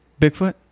bigfoot